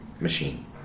machine